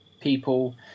people